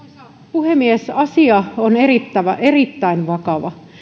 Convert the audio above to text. puhemies asia on erittäin vakava